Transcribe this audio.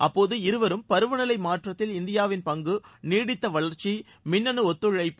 அப்போது இருவரும் பருவநிலை மாற்றத்தில் இந்தியாவின் பங்கு நீடித்த வளர்ச்சி மின்னணு ஒத்துழைப்பு